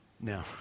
No